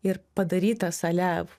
ir padarytas ale